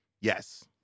Yes